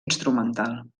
instrumental